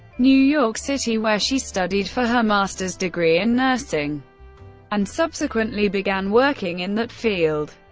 new york city, where she studied for her master's degree in nursing and subsequently began working in that field.